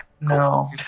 no